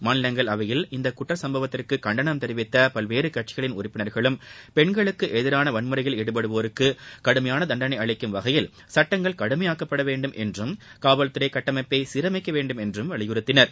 மாநிலங்களவையில் இந்தக் குற்றச் சும்பவத்திற்கு கண்டனம் தெரிவித்த பல்வேறு கட்சிகளின் உறுப்பினர்களும் பெண்களுக்கு எதிரான வன்முறையில் ஈடுபடுவோருக்கு கடுமையான தண்டனை அளிக்கும் வகையில் சட்டங்கள் கடுமையாக்கப்பட வேண்டும் என்றும் காவல்துறை கட்டமைப்பை சீரமைக்க வேண்டும் என்றும் வலியுறுத்தினர்